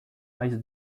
mais